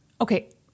Okay